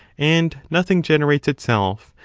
and nothing generates itself,